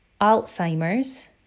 Alzheimer's